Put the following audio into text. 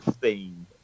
theme